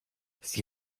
sie